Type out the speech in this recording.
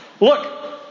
Look